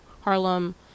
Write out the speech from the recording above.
Harlem